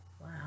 Wow